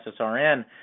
SSRN